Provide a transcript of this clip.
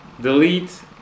Delete